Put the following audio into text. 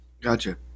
Gotcha